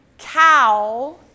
cow